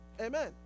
Amen